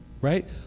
Right